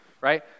right